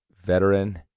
veteran